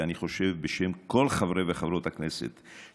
ואני חושב שבשם כל חברי וחברות הכנסת,